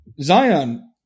Zion